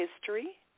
history